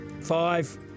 Five